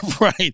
right